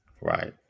Right